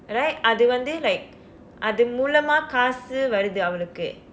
right அது வந்து:athu vandthu like அது மூலமா காசு வருது அவளுக்கு:athu mulamaa kaasu varuthu avalukku